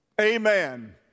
Amen